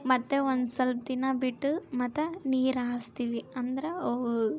ಮತ್ತು ಒಂದು ಸ್ವಲ್ಪ ದಿನ ಬಿಟ್ಟು ಮತ್ತು ನೀರಾಸ್ತೀವಿ ಅಂದ್ರೆ ಅವು